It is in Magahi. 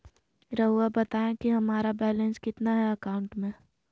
रहुआ बताएं कि हमारा बैलेंस कितना है अकाउंट में?